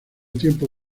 tiempo